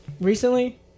recently